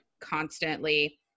constantly